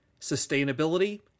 sustainability